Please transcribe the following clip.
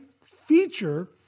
feature